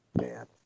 Man